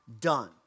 done